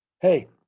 Hey